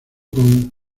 con